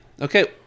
Okay